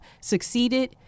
succeeded